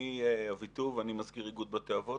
שמי אביטוב ואני מזכיר איגוד בתי אבות,